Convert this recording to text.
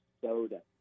soda